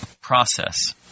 process